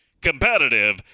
competitive